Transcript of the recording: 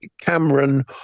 Cameron